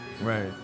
Right